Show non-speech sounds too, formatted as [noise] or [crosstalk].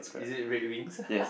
is it red wings [laughs]